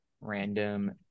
Random